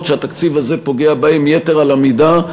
שהתקציב הזה פוגע בהם יתר על המידה,